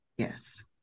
Yes